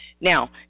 Now